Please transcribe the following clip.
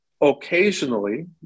occasionally